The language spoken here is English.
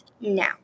now